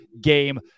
game